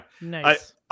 Nice